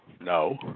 No